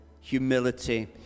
humility